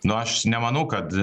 nu aš nemanau kad